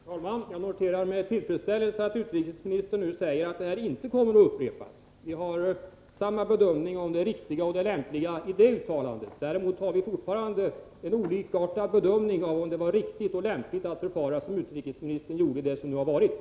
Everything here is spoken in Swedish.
Herr talman! Jag noterar med tillfredsställelse att utrikesministern nu säger att detta inte kommer att upprepas. Vi gör samma bedömning beträffande det riktiga och det lämpliga i det uttalandet. Däremot gör vi fortfarande olika bedömningar beträffande huruvida det var riktigt och lämpligt att förfara som utrikesministern gjorde i det ärende som nu förevarit.